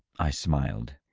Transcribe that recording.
i smiled.